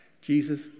Jesus